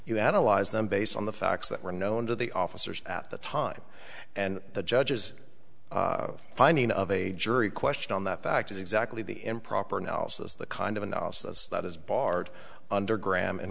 you analyze them based on the facts that were known to the officers at the time and the judge's finding of a jury question on that fact is exactly the improper analysis the kind of analysis that is barred under gr